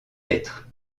être